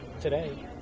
Today